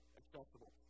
accessible